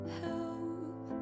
help